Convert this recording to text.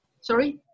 Sorry